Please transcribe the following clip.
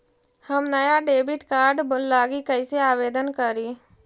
हम नया debit card लागी कईसे आवेदन करी?